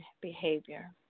behavior